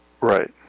Right